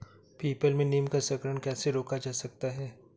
People में नीम का संकरण कैसे रोका जा सकता है?